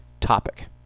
topic